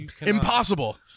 Impossible